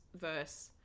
verse